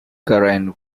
karen